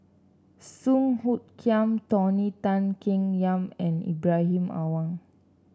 Song Hoot Kiam Tony Tan Keng Yam and Ibrahim Awang